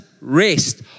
rest